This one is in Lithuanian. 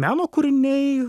meno kūriniai